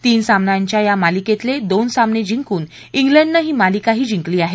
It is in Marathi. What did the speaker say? तीन सामन्यांच्या या मालिकेतले दोन सामने जिंकून इंग्लंडनं ही मालिकाही जिंकली आहे